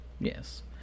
Yes